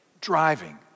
driving